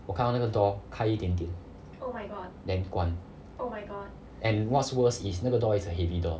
我看到那个 door 开一点点 then 关 and what's worse is 那个 door is a heavy door